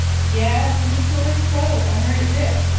yes, and he tore his coat i heard it rip.